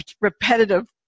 repetitive